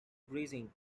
grazing